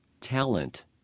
talent